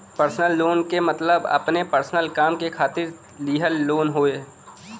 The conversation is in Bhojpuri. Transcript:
पर्सनल लोन क मतलब अपने पर्सनल काम के खातिर लिहल लोन हौ